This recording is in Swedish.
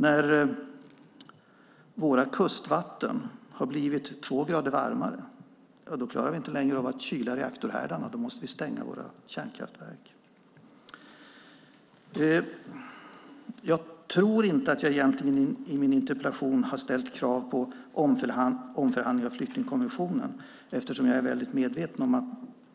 När våra kustvatten har blivit två grader varmare klarar vi inte längre av att kyla reaktorhärdarna, och då måste vi stänga våra kärnkraftverk. Jag tror inte att jag i min interpellation har ställt krav på omförhandling av flyktingkonventionen, eftersom jag är medveten om att